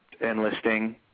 enlisting